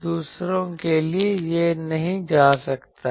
दूसरों के लिए यह नहीं जा सकता है